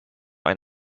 ein